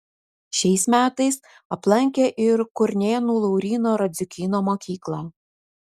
šiais metais aplankė ir kurnėnų lauryno radziukyno mokyklą